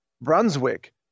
Brunswick